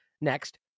next